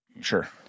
Sure